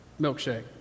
milkshake